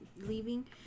leaving